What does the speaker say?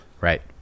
Right